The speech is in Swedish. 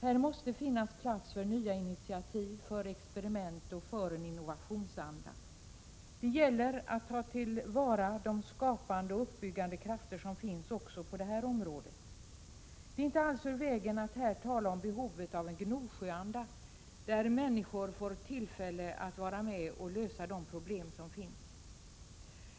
Här måste finnas plats för nya initiativ, för experiment och för en innovationsanda. Det gäller att ta till vara de skapande och uppbyggande krafter som finns också på detta område. Det är inte alls ur vägen att här tala om behovet av en Gnosjöanda, där människor får tillfälle att vara med och lösa de problem som finns.